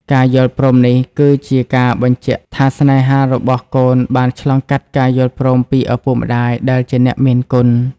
ការយល់ព្រមនេះគឺជាការបញ្ជាក់ថា ស្នេហារបស់កូនបានឆ្លងកាត់ការយល់ព្រមពីឪពុកម្ដាយដែលជាអ្នកមានគុណ។